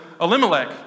Elimelech